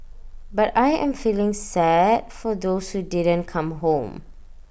but I am feeling sad for those who didn't come home